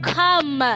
come